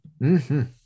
-hmm